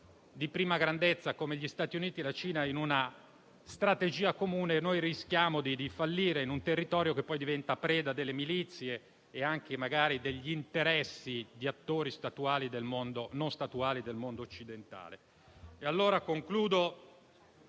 di prima grandezza come gli Stati Uniti e la Cina in una strategia comune, rischiamo di fallire in un territorio che poi diventa preda delle milizie e anche magari degli interessi di attori non statuali del mondo occidentale.